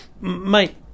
Mate